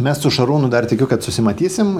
mes su šarūnu dar tikiu kad susimatysim